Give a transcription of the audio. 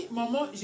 Maman